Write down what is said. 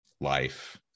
life